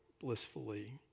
blissfully